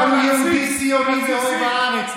אבל הוא יהודי-ציוני ואוהב הארץ,